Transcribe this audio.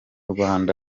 rwanda